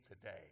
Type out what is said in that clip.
today